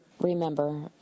remember